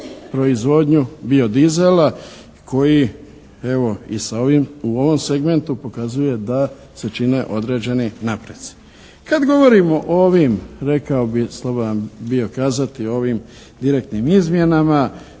proizvodnju bio dizela koji evo i sa ovim, u ovom segmentu pokazuje da se čine određeni napretci. Kad govorimo o ovim rekao bih,